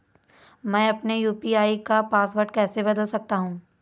मैं अपने यू.पी.आई का पासवर्ड कैसे बदल सकता हूँ?